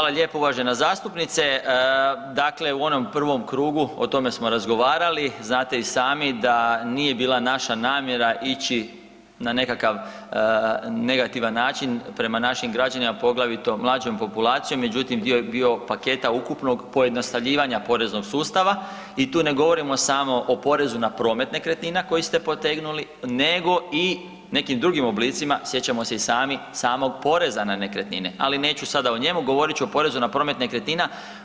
Hvala lijepo uvažena zastupnice, dakle u onom prvom krugu o tome smo razgovarali znate i sami da nije bila naša namjera ići na nekakav negativan način prema našim građanima poglavito mlađom populacijom međutim dio je bio paketa ukupnog pojednostavljivanja poreznog sustava i tu ne govorimo samo o porezu na promet nekretnina koji ste potegnuli nego i nekim drugim oblicima sjećamo se i sami samog poreza na nekretnine, ali neću sada o njemu govorit ću o porezu na promet nekretnina.